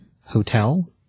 hotel